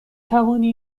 توانی